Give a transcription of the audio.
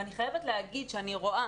ואני חייבת להגיד שאני רואה